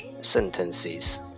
Sentences